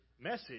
message